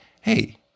Hey